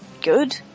good